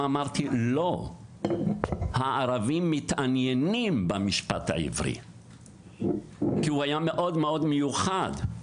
אני אומר שהערבים מתעניינים במשפט עברי כי הוא היה מאוד מאוד מיוחד,